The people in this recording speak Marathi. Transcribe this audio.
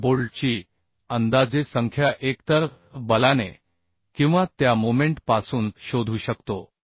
आपण बोल्टची अंदाजे संख्या एकतर बलाने किंवा त्या मोमेंट पासून शोधू शकतो